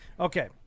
Okay